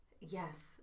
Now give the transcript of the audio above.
Yes